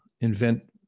invent